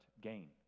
gain